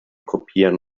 kopieren